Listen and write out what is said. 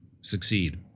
succeed